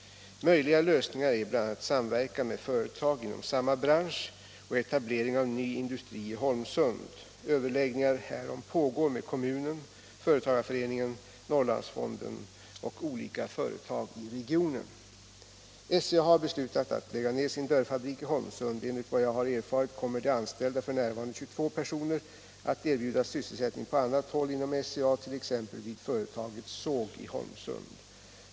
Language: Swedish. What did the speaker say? Möjliga lösningar är bl.a. samverkan med företag inom samma bransch och etablering av ny industri i Holmsund. Överläggningar härom pågår med kommunen, företagareföreningen, Norrlandsfonden och olika företag i regionen. SCA har beslutat att lägga ned sin dörrfabrik i Holmsund. Enligt vad jag har erfarit kommer de anställda, f. n. 22 personer, att erbjudas sysselsättning på annat håll inom SCA, t.ex. vid företagets såg i Holmsund.